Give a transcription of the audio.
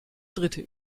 dritte